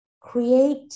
create